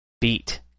beat